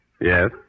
Yes